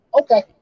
okay